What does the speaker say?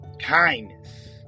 Kindness